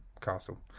castle